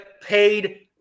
paid